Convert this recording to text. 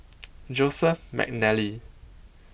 Joseph Mcnally